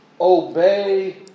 obey